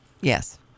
yes